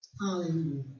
Hallelujah